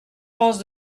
pense